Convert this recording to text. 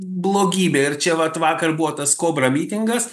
blogybė ir čia vat vakar buvo tas kobra mitingas